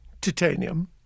titanium